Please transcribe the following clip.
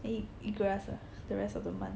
eat grass ah the rest of the month